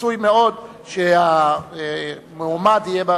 בדרך כלל רצוי מאוד שהמועמד יהיה,